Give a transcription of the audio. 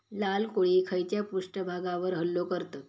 लाल कोळी खैच्या पृष्ठभागावर हल्लो करतत?